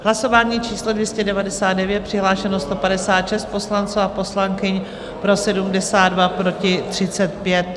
Hlasování číslo 299, přihlášeno 156 poslanců a poslankyň, pro 72, proti 35.